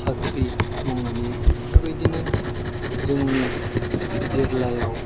साख्रि मावनानै बेफोरबायदिनो जोंनि जिल्लायाव